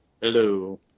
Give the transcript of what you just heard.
Hello